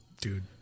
Dude